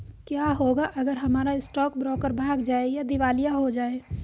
क्या होगा अगर हमारा स्टॉक ब्रोकर भाग जाए या दिवालिया हो जाये?